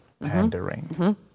Pandering